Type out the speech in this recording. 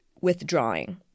withdrawing